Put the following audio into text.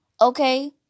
okay